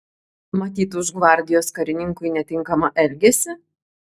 matyt už gvardijos karininkui netinkamą elgesį